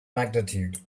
magnitude